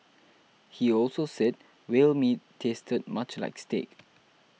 he also said whale meat tasted much like steak